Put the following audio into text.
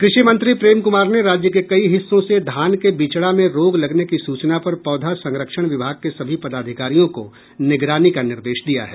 कृषि मंत्री प्रेम कुमार ने राज्य के कई हिस्सों से धान के बिचड़ा में रोग लगने की सूचना पर पौधा संरक्षण विभाग के सभी पदाधिकारियों को निगरानी का निर्देश दिया है